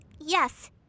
Yes